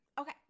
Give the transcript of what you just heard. Okay